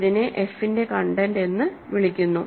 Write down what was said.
ഇതിനെ f ന്റെ content എന്ന് വിളിക്കുന്നു